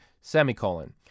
semicolon